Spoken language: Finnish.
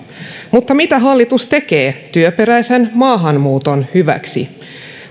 mutta mitä hallitus tekee työperäisen maahanmuuton hyväksi